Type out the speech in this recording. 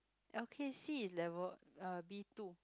L_K_C is level uh B-two